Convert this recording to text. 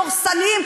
דורסניים,